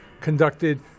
conducted